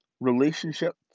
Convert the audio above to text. relationships